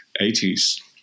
80s